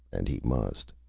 and he must.